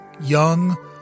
young